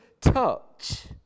touch